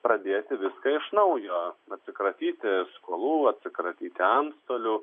pradėti viską iš naujo atsikratyti skolų atsikratyti antstolių